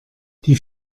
die